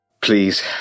Please